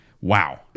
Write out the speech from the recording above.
Wow